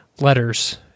letters